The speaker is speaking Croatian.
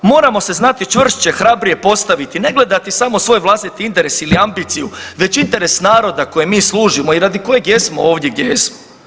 Moramo se znati čvršće i hrabrije postaviti, ne gledati samo svoj vlastiti interes ili ambiciju već interes naroda koji mi služimo i radi kojeg jesmo ovdje gdje jesmo.